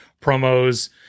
promos